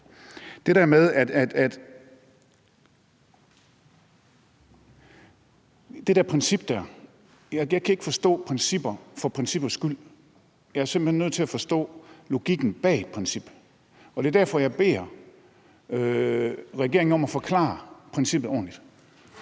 det der med at have principper kan jeg ikke forstå, at man harprincipper for princippernes skyld; jeg er simpelt hen nødt til at forstå logikken bag et princip. Det er derfor, at jeg beder regeringen om at forklare princippet ordentligt.